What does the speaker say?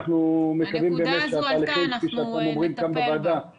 אנחנו מקווים באמת שהתהליכים כפי שאתם אומרים כאן בוועדה,